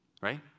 right